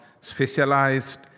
specialized